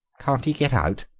can't he get out?